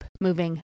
moving